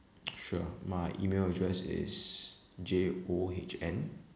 sure my email address is J O H N